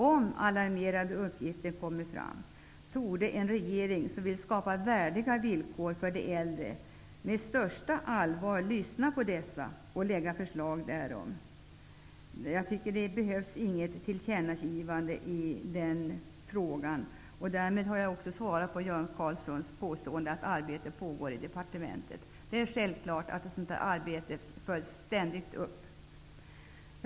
Om alarmerande uppgifter kommer fram torde en regering som vill skapa värdiga villkor för de äldre lyssna på dessa med största allvar och lägga fram förslag därom. Det behövs inget tillkännagivande i den frågan. Därmed har jag också svarat på Jan Karlssons påstående att arbete pågår i departementet. Det är självklart att ett sådant arbete ständigt följs upp.